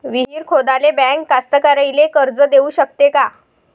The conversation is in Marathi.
विहीर खोदाले बँक कास्तकाराइले कर्ज देऊ शकते का?